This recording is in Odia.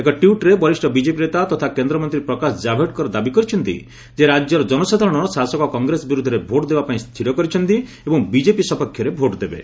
ଏକ ଟ୍ୱିଟ୍ରେ ବରିଷ୍ଣ ବିଜେପି ନେତା ତଥା କେନ୍ଦ୍ରମନ୍ତ୍ରୀ ପ୍ରକାଶ ଜାଭେଡକର ଦାବି କରିଛନ୍ତି ଯେ ରାଜ୍ୟର ଜନସାଧାରଣ ଶାସକ କଂଗ୍ରେସ ବିରୁଦ୍ଧରେ ଭୋଟ ଦେବା ପାଇଁ ସ୍ଥିର କରିଛନ୍ତି ଏବଂ ବିଜେପି ସପକ୍ଷରେ ଭୋଟଦେବେ